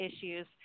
issues